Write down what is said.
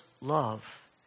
love